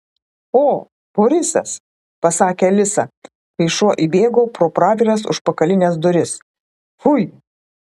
o borisas pasakė alisa kai šuo įbėgo pro praviras užpakalines duris fui